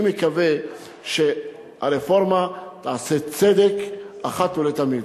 אני מקווה שהרפורמה תעשה צדק אחת ולתמיד.